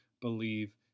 believe